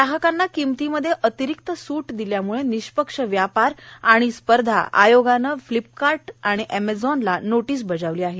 ग्राहकांना किमतींमध्ये अतिरिक्त सूट दिल्यामुळे निष्पक्ष व्यापार आणि स्पर्धाआयोगानं फ्लिपकार्ट आणि अमेझॉनला नोटीस बजावली आहे